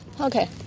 Okay